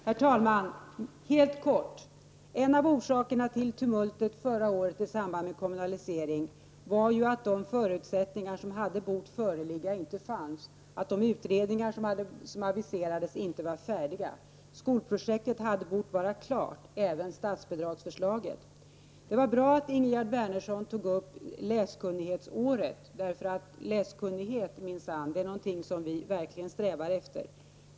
Herr talman! Helt kort. En av orsakerna till tumultet förra året i samband med kommunaliseringen var att de förutsättningar som hade bort föreligga inte fanns, att de utredningar som aviserats inte varit färdiga. Skolprojektet hade bort vara klart, liksom även statsbidragsförslaget. Det var bra att Ingegerd Wärnersson tog upp läskunnighetsåret, för läskunnighet är minsann någonting som vi strävar efter.